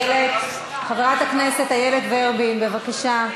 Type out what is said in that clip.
חברת הכנסת איילת ורבין, בבקשה.